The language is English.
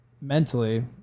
mentally